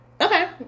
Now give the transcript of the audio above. Okay